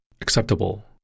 Acceptable